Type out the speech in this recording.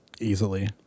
Easily